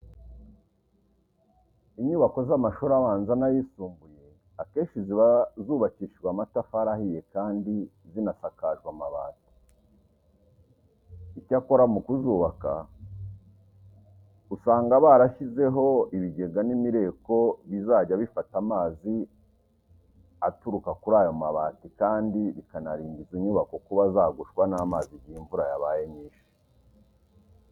Inyubako z'amashuri abanza n'ayisumbuye akenshi ziba zubakishijwe amatafari ahiye kandi zinasakajwe amabati. Icyakora mu kuzubaka usanga barashyizeho ibigega n'imireko bizajya bifata amazi aturuka kuri ayo mabati kandi bikanarinda izo nyubako kuba zagushwa n'amazi igihe imvura yabaye nyinshi.